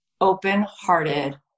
open-hearted